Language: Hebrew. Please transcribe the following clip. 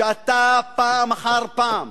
שאתה פעם אחר פעם,